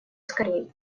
скорей